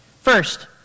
First